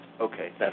Okay